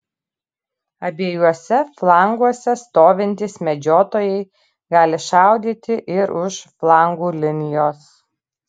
abiejuose flanguose stovintys medžiotojai gali šaudyti ir už flangų linijos